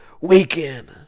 Weekend